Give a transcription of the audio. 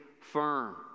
firm